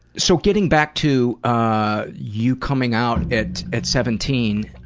so getting back to ah you coming out at at seventeen.